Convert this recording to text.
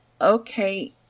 okay